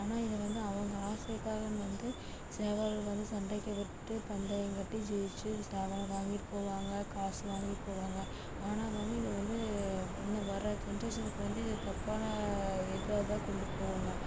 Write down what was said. ஆனால் இதை வந்து அவங்க ஆசைக்காகனு வந்து சேவல் வந்து சண்டைக்கு விட்டு பந்தயம் கட்டி ஜெயிச்சு சேவலை வாங்கிகிட்டு போவாங்க காசு வாங்கிகிட்டு போவாங்க ஆனால் வந்து இது வந்து என்ன வர்ற ஜெனரேஷனுக்கு வந்து இது தப்பான இதாகதான் கொண்டு போகுங்க